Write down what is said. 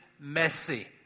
messy